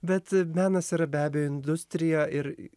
bet menas yra be abejo industrija ir